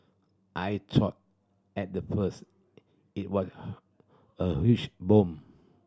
I thought at the first it was a huge bomb